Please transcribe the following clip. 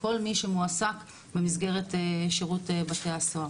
כל מי שמועסק במסגרת שירות בתי הסוהר.